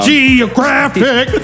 Geographic